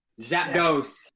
Zapdos